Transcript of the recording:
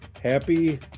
happy